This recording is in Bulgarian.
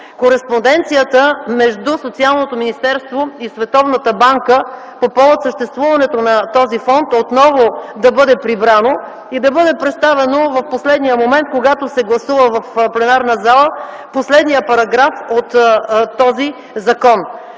кореспонденцията между Социалното министерство и Световната банка по повод съществуването на този фонд отново да бъде прибрана и да бъде представена в последния момент, когато се гласува в пленарната зала последният параграф от този закон.